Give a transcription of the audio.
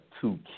two